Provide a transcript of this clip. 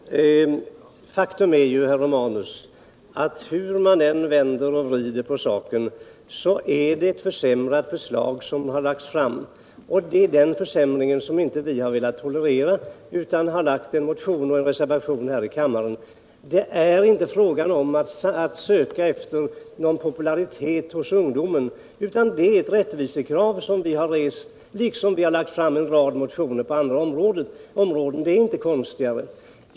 Herr talman! Faktum är ju, herr Romanus, att hur man än vänder och vrider på saken är det ett förslag till försämring som regeringen har lagt fram. Den försämringen har vi inte velat tolerera, utan vi har väckt en motion och fogat en reservation till det betänkande som vi nu behandlar i kammaren. Det är inte fråga om att söka popularitet hos ungdomen. Detta är ett rättvisekrav som vi har rest, på samma sätt som vi har lagt fram en rad motioner på andra områden. Det är inte konstigare.